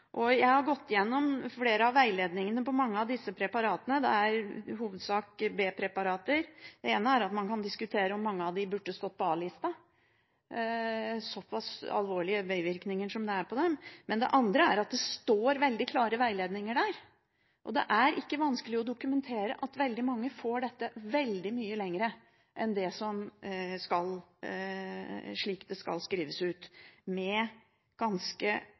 Jeg har gått gjennom flere av veiledningene på mange av disse preparatene. Det er i hovedsak B-preparater. Det ene er at man kan diskutere om mange av dem burde stått på A-lista, ut fra såpass alvorlige bivirkninger som det er på dem. Men det andre er at det står veldig klare veiledninger der. Det er ikke vanskelig å dokumentere at veldig mange får dette veldig mye lenger enn slik det skal skrives ut, med ganske